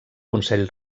consell